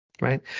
right